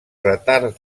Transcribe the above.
retards